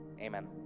amen